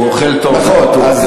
הוא אוכל טוב, זה בטוח.